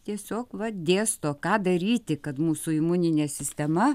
tiesiog va dėsto ką daryti kad mūsų imuninė sistema